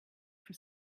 for